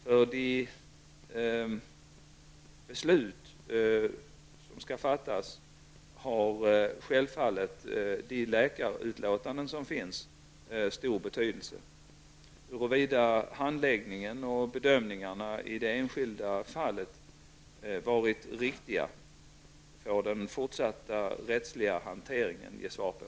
För de beslut som skall fattas har självfallet de läkarutlåtanden som finns stor betydelse. Huruvida handläggningen och bedömningarna i det enskilda fallet varit riktiga får den fortsatta rättsliga hanteringen ge svar på.